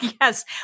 Yes